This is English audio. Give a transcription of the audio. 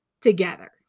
together